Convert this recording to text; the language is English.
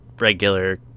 regular